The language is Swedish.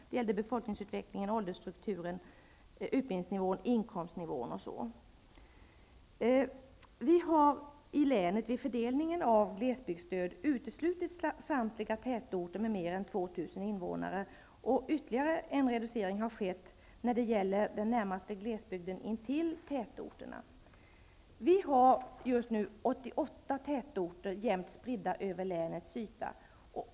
Det gäller befolkningsutvecklingen, åldersstrukturen, utbildningsnivån, inkomstnivån osv. Vi har i länet, vid fördelningen av glesbygdsstöd, uteslutit samtliga tätorter med mer än 2 000 invånare. Ytterligare en reducering har skett när det gäller den närmaste glesbygden intill tätorterna. Vi har just nu 88 tätorter jämnt spridda över länets yta.